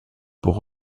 pour